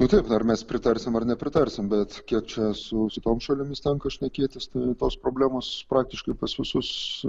nu taip ar mes pritarsim ar nepritarsim bet kiek čia su kitom šalimis tenka šnekėtis tai tos problemos praktiškai pas visus